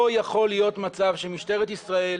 לא יכול להיות מצב שמשטרת ישראל